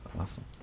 Awesome